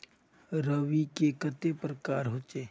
रवि के कते प्रकार होचे?